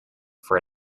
for